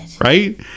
Right